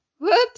Whoops